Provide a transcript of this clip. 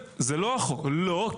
זה לא החוק, לא.